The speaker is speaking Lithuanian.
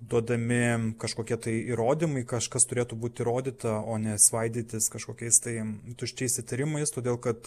duodami kažkokie tai įrodymai kažkas turėtų būt įrodyta o ne svaidytis kažkokiais tai tuščiais įtarimais todėl kad